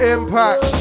Impact